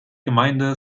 gemeinde